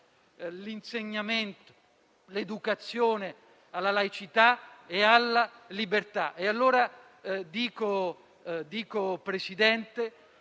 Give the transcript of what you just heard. l'insegnamento e l'educazione alla laicità e alla libertà.